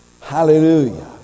Hallelujah